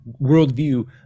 worldview